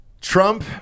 Trump